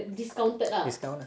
discount ah